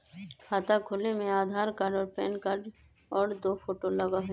खाता खोले में आधार कार्ड और पेन कार्ड और दो फोटो लगहई?